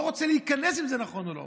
לא רוצה להיכנס אם זה נכון או לא.